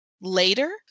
later